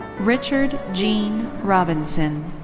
richard gene robinson.